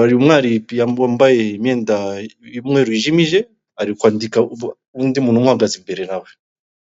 hari umwari wambaye imyenda y'umweru w'ijimye ari kwandika undi muntu uhagaze imbere nawe.